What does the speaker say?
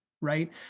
Right